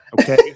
okay